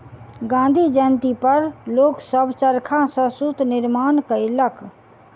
गाँधी जयंती पर लोक सभ चरखा सॅ सूत निर्माण केलक